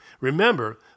Remember